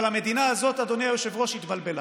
אבל המדינה הזאת, אדוני היושב-ראש, התבלבלה.